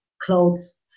clothes